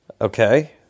Okay